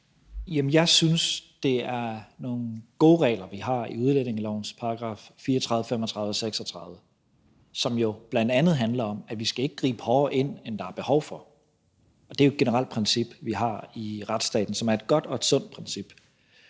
Jeg synes, det er nogle gode regler, vi har i udlændingelovens §§ 34, 35 og 36, som jo bl.a. handler om, at vi ikke skal gribe hårdere ind, end der er behov for. Det er jo et generelt princip, vi har i retsstaten, og det er et godt og et sundt princip.